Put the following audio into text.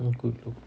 good looks